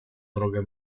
drogę